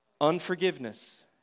Unforgiveness